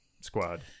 squad